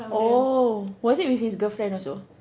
oh was it with his girlfriend also